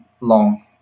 long